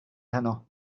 heno